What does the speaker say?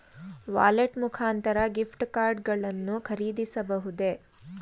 Wallet ಮುಖಾಂತರ gift card ಗಳನ್ನು ಖರೀದಿಸಬಹುದೇ?